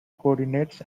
coordinates